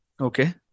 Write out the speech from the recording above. Okay